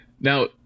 Now